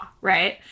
right